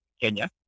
Kenya